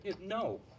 No